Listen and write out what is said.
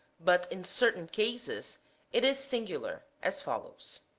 but in certain cases it is singular, as follows